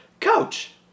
coach